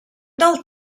del